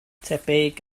tebyg